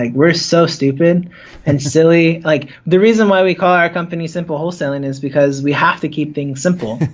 like we're so stupid and silly. like the reason why we call our company simple wholesaling is because we have to keep things simple,